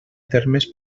termes